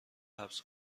حبس